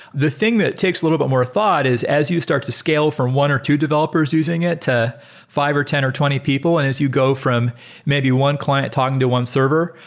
the thing that takes a little bit more thought is as you start to scale from one or two developers using it to five, or ten, or twenty people, and as you go from maybe one client talking to one server,